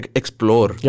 explore